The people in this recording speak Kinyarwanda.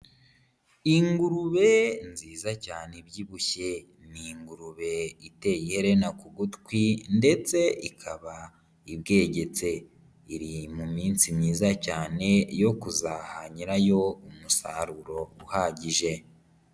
Ingurube nziza cyane ibyibushye, ni ingurube iteye iherena ku gutwi ndetse ikaba ibwegetse, iri mu minsi myiza cyane yo kuzaha nyirayo umusaruro uhagije.